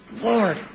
Lord